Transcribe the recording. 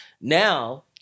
Now